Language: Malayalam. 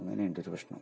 അങ്ങനെയുണ്ട് ഒരു പ്രശ്നം